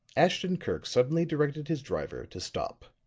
ashton-kirk suddenly directed his driver to stop.